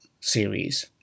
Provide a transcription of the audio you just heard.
series